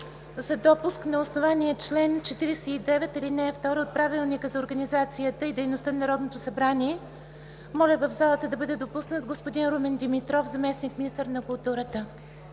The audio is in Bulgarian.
за допуск на основание чл. 49, ал. 2 от Правилника за организацията и дейността на Народното събрание, моля в залата да бъде допуснат господин Румен Димитров – заместник-министър на културата.